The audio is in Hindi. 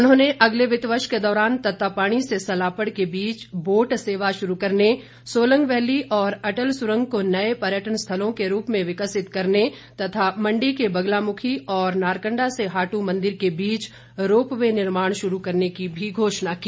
उन्होंने अगले वित्त वर्ष के दौरान तत्तापानी से सलापड़ के बीच बोट सेवा शुरू करने सोलंग वैली और अटल सुरंग को नए पर्यटन स्थलों के रूप में विकसित करने तथा मंडी के बगलामुखी और नारकंडा से हाटू मंदिर के बीच रोपवे निर्माण शुरू करने की भी घोषणा की